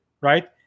right